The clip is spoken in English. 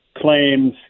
claims